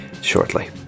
shortly